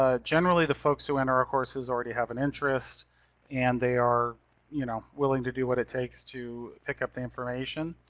ah generally the folks who enter our courses already have an interest and they are you know willing to do what it takes to pick up the information.